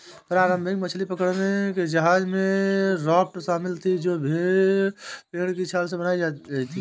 प्रारंभिक मछली पकड़ने के जहाजों में राफ्ट शामिल थीं जो पेड़ की छाल से बनाई गई